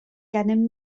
gennym